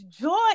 joy